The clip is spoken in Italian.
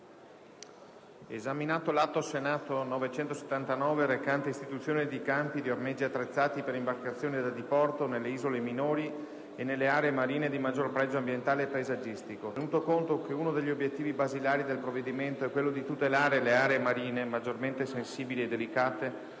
esaminato l'AS 979 recante istituzione di campi di ormeggi attrezzati per imbarcazioni da diporto nelle isole minori e nelle aree marine dimaggior pregio ambientale e paesaggistico; tenuto conto che uno degli obiettivi basilari del provvedimento è quello di tutelare le aree marine maggiormente sensibili e delicate